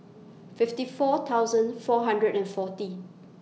fifty four thousand four hundred and forty